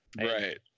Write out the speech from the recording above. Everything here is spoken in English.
right